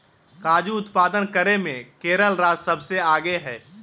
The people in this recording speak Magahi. काजू उत्पादन करे मे केरल राज्य सबसे आगे हय